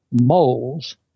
moles